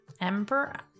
Emperor